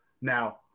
Now